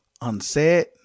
Unsaid